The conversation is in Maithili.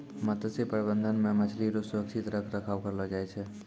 मत्स्य प्रबंधन मे मछली रो सुरक्षित रख रखाव करलो जाय छै